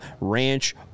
ranch